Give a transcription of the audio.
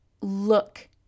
look